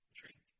drink